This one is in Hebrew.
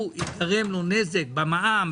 ייגרם לו נזק במע"מ,